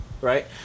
right